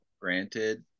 granted